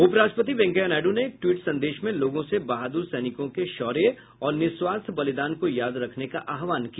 उपराष्ट्रपति वैंकेया नायड् ने एक ट्वीट संदेश में लोगों से बहादुर सैनिकों के शौर्य और निस्वार्थ बलिदान को याद रखने का आह्वान किया